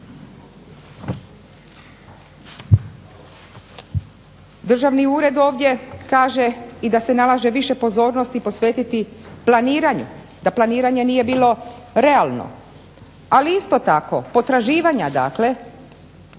Državni ured ovdje kaže da se nalaže više pozornosti posvetiti planiranju, da planiranje nije bilo realno, ali isto tako potraživanja dakle,